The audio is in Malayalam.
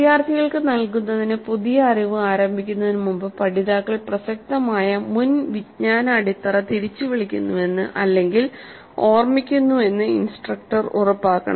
വിദ്യാർത്ഥികൾക്ക് നൽകുന്നതിന് പുതിയ അറിവ് ആരംഭിക്കുന്നതിനുമുമ്പ് പഠിതാക്കൾ പ്രസക്തമായ മുൻ വിജ്ഞാന അടിത്തറ തിരിച്ചുവിളിക്കുന്നുവെന്ന് അല്ലെങ്കിൽ ഓർമിക്കുന്നുവെന്നു ഇൻസ്ട്രക്ടർ ഉറപ്പാക്കണം